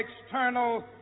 external